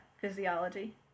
Physiology